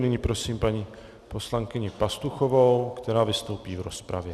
Nyní prosím paní poslankyni Pastuchovou, která vystoupí v rozpravě.